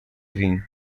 vim